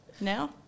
now